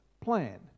plan